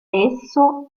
esso